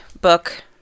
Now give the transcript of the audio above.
book